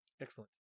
Excellent